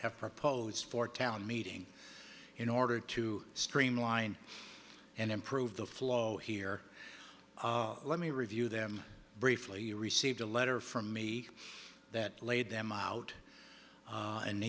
have proposed for town meeting in order to streamline and improve the flow here let me review them briefly you received a letter from me that laid them out